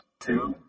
two